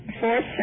fourth